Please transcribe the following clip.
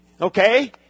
Okay